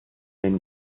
den